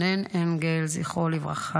יונתן סמרנו, זכרו לברכה, רונן אנגל, זכרו לברכה,